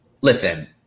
Listen